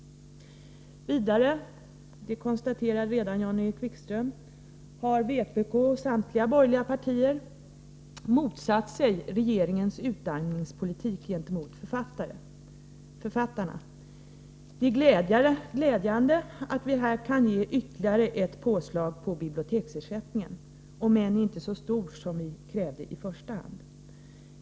Vidare —och det konstaterade redan Jan-Erik Wikström — har vpk och samtliga borgerliga partier motsatt sig regeringens utarmningspolitik gentemot författarna. Det är glädjande att vi här kan ge ytterligare ett påslag på biblioteksersättningen, om än inte så stort som vi krävde i första hand.